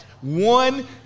One